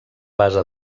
base